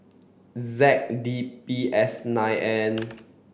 Z D B S nine N